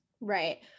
Right